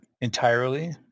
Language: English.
entirely